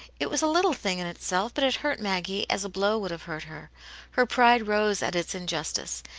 it was a little thing in itself, but it hurt maggie as a blow would have hurt her her pride rose at its injustice,